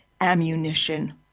ammunition